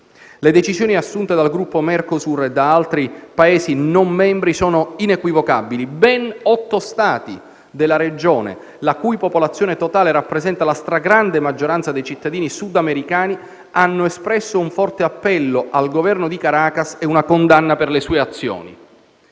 Le decisioni assunte dal gruppo Mercosur e da altri Paesi non membri sono inequivocabili: ben otto Stati della regione, la cui popolazione totale rappresenta la stragrande maggioranza dei cittadini sudamericani, hanno espresso un forte appello al Governo di Caracas e una condanna per le sue azioni.